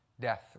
death